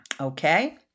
Okay